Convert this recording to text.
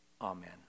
Amen